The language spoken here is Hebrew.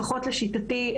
לפחות לשיטתי,